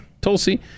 Tulsi